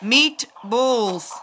Meatballs